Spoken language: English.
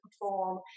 perform